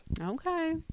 Okay